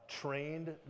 trained